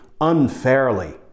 unfairly